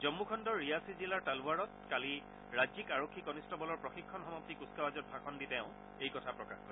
জম্মু খণ্ডৰ ৰিয়াচি জিলাৰ তালৱাৰত কালি ৰাজ্যিক আৰক্ষী কনিষ্টবলৰ প্ৰশিক্ষণ সমাপ্তি কুচকাৱাজত ভাষন দি তেওঁ এই কথা প্ৰকাশ কৰে